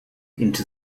into